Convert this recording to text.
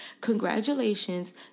Congratulations